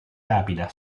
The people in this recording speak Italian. rapida